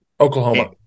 Oklahoma